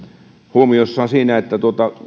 huomiossaan siinä että